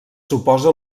suposa